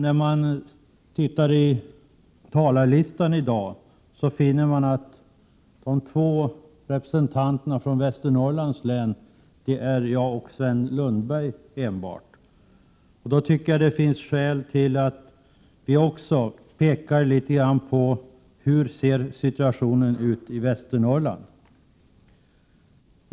Av dagens talarlista framgår att det endast är jag och Sven Lundberg som representerar Västernorrlands län i denna debatt. Därför finns det skäl för mig att se på situationen i Västernorrland.